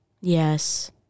Yes